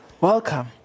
welcome